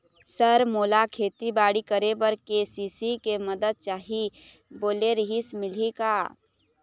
Sir मोला खेतीबाड़ी करेबर के.सी.सी के मंदत चाही बोले रीहिस मिलही का?